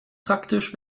praktisch